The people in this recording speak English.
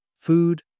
food